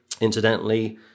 incidentally